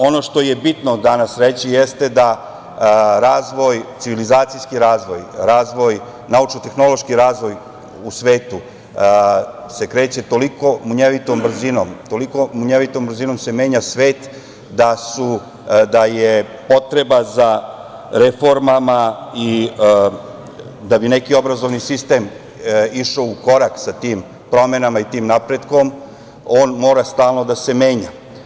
Ono što je bitno danas reći jeste da razvoj, civilizacijski razvoj, razvoj naučno-tehnološki razvoj u svetu se kreće toliko munjevitom brzinom, toliko se munjevitom brzinom menja svet da je potreba za reformama i da bi neki obrazovni sistem išao u korak sa tim promenama i tim napretkom, on mora stalno da se menja.